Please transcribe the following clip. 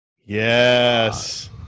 yes